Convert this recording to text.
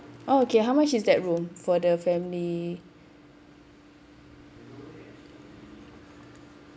oh okay how much is that room for the family